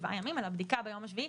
בדיקה ביום השביעי.